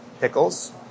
pickles